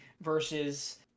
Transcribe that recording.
versus